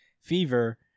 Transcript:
fever